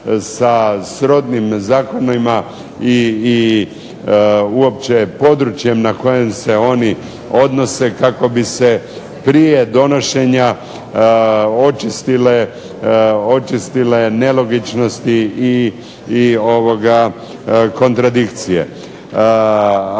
sa srodnim zakonima i uopće područjem na kojem se oni odnose kako bi se prije donošenja očistile nelogičnosti i kontradikcije.